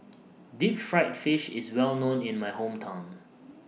Deep Fried Fish IS Well known in My Hometown